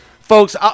Folks